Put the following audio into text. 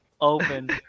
open